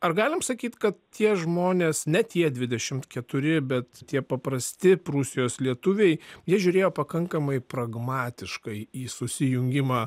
ar galim sakyt kad tie žmonės ne tie dvidešimt keturi bet tie paprasti prūsijos lietuviai jie žiūrėjo pakankamai pragmatiškai į susijungimą